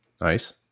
Nice